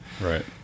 Right